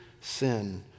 sin